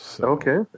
okay